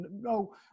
No